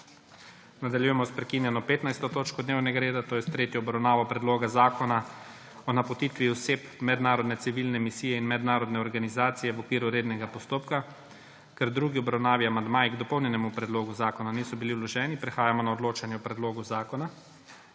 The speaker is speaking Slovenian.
Nadaljujemo s prekinjeno 15. točko dnevnega reda, to je s tretjo obravnavo Predloga zakona o napotitvi oseb v mednarodne civilne misije in mednarodne organizacije v okviru rednega postopka. Ker v drugi obravnavi amandmaji k dopolnjenemu predlogu zakona niso bili vloženi, prehajamo na odločanje o predlogu zakona.